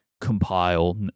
compile